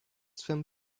swym